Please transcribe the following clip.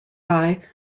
eye